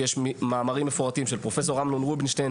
יש מאמרים מפורטים של פרופ' אמנון רובינשטיין,